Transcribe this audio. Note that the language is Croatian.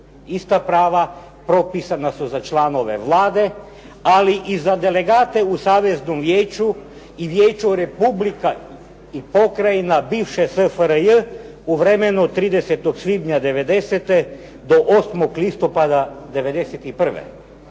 Ista prava propisana su za članove Vlade ali i za delegate u Saveznom vijeću i Vijeću Republika i Pokrajina bivše SFRJ u vremenu od 30. svibnja '90.-te do 8. listopada '91.